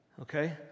Okay